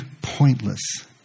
pointless